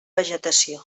vegetació